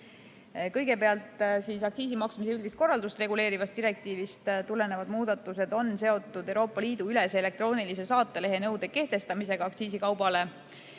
direktiiv. Kõigepealt, aktsiisi maksmise üldist korraldust reguleerivast direktiivist tulenevad muudatused on seotud Euroopa Liidu ülese elektroonilise saatelehe nõude kehtestamisega aktsiisikaubale.